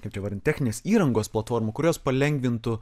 kaip čia įvardint techninės įrangos platformų kurios palengvintų